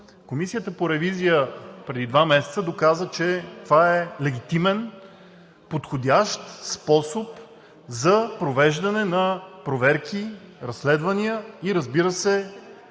Комисията по ревизия преди два месеца доказа, че това е легитимен, подходящ способ за провеждане на проверки, разследвания и, разбира се,